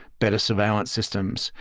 better surveillance systems,